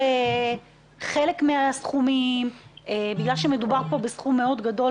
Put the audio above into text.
שהאזרח יקבל הלוואה מהממשלה כיוון שמדובר בסכום מאוד גדול?